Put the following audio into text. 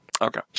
Okay